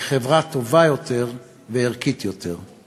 להיות חברה טובה יותר וערכית יותר.